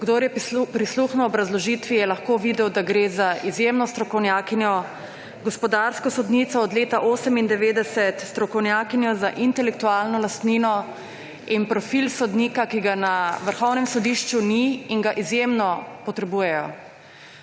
Kdor je prisluhnil obrazložitvi, je lahko videl, da gre za izjemno strokovnjakinjo, gospodarsko sodnico od leta 1998, strokovnjakinjo za intelektualno lastnino in profil sodnika, ki ga na Vrhovnem sodišču ni in ga izjemno potrebujejo.